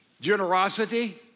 Generosity